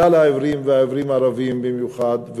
כלל העיוורים והעיוורים הערבים במיוחד.